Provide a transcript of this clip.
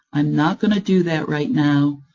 i'm not going to do that right now,